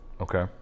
Okay